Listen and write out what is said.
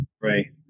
pray